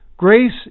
Grace